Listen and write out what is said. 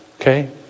Okay